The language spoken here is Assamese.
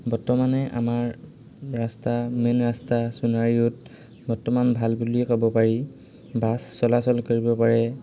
বৰ্তমানে আমাৰ ৰাস্তা মেইন ৰাস্তা সোনাৰী ৰোড বৰ্তমান ভাল বুলিয়ে ক'ব পাৰি বাছ চলাচল কৰিব পাৰে